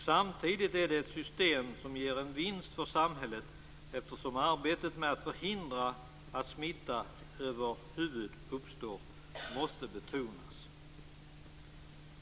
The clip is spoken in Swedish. Samtidigt är det ett system som ger en vinst för samhället, eftersom arbetet med att förhindra att smitta över huvud taget uppstår måste betonas.